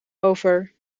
over